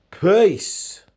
Peace